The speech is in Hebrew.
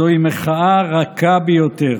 זוהי מחאה רכה ביותר.